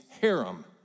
harem